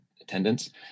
attendance